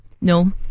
no